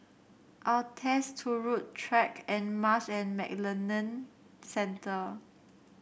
Altez Turut Track and Marsh and McLennan Centre